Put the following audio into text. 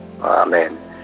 Amen